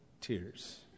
tears